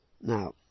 Now